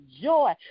joy